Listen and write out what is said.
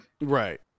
right